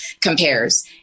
compares